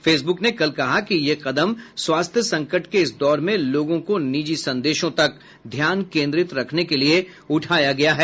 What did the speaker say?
Facebook ने कल कहा कि यह कदम स्वास्थ्य संकट के इस दौर में लोगों को निजी संदेशों तक ध्यान केंद्रित रखने के लिए उठाया गया है